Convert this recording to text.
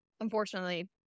unfortunately